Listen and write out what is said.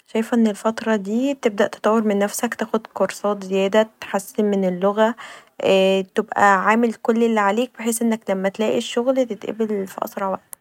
شايفه ان الفتره دي تبدا تطور من نفسك تاخد كورسات زياده تحسن من اللغه تبقي عامل كل اللي عليك بحيث انك لما تلاقي الشغل تتقبل في اسرع وقت